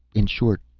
in short,